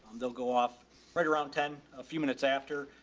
they'll go off right around ten a few minutes after.